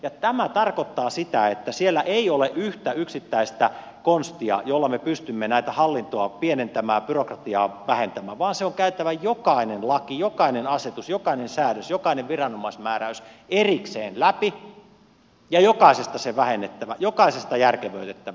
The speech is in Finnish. ja tämä tarkoittaa sitä että siellä ei ole yhtä yksittäistä konstia jolla me pystymme tätä hallintoa pienentämään byrokratiaa vähentämään vaan on käytävä jokainen laki jokainen asetus jokainen säädös jokainen viranomaismääräys erikseen läpi ja jokaisesta vähennettävä jokaisesta järkevöitettävä